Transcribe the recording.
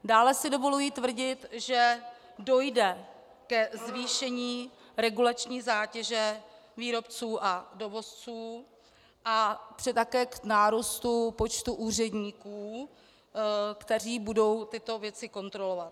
Dále si dovoluji tvrdit, že dojde ke zvýšení regulační zátěže výrobců a dovozců a také k nárůstu počtu úředníků, kteří budou tyto věci kontrolovat.